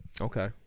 Okay